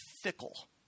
fickle